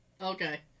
Okay